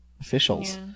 officials